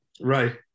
Right